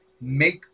make